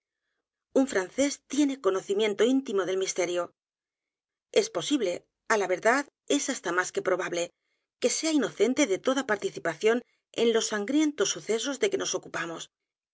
un francés tiene conocimiento íntimo del misterio es posible á la verdad es hasta más que probable que sea inocente de toda participación en los sangrientos sucesos de que nos ocupamos